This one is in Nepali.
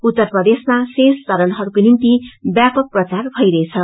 उत्तर प्रदेशमा शेष वचरणहरूको निम्ति व्यपक प्रचार भइरहेछ